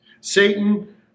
Satan